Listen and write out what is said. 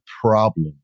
problem